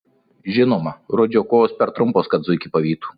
žinoma rudžio kojos per trumpos kad zuikį pavytų